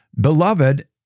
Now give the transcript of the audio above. Beloved